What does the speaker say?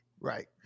right